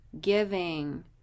giving